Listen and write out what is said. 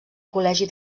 col·legi